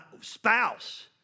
spouse